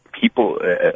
people